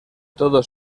todo